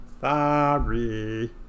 sorry